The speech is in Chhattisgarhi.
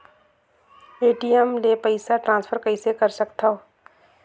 ए.टी.एम ले पईसा ट्रांसफर कइसे कर सकथव?